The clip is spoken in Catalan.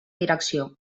direcció